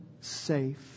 safe